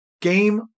game